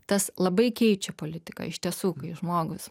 tas labai keičia politiką iš tiesų kai žmogus